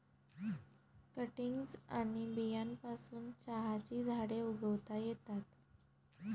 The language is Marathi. कटिंग्ज आणि बियांपासून चहाची झाडे उगवता येतात